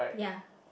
yeah